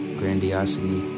grandiosity